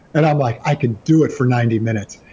and i'm like, i can do it for ninety minutes.